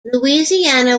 louisiana